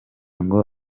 ngo